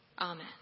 Amen